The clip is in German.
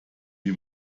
wie